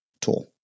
tool